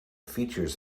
features